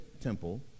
temple